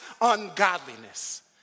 ungodliness